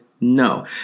No